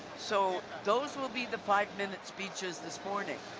so those will be the five minute speeches this morning,